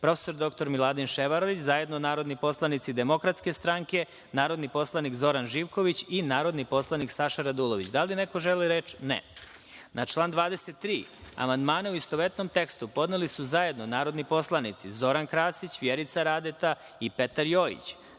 prof. dr Miladin Ševarlić i zajedno narodni poslanici Demokratske stranke, narodni poslanik Zoran Živković i narodni poslanik Saša Radulović. Da li neko želi reč? (Ne)Na član 23. amandmane u istovetnom tekstu podneli su zajedno narodni poslanici Zoran Krasić, Vjerica Radeta i Petar Jojić,